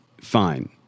Fine